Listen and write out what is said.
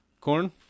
Corn